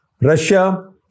Russia